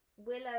Willow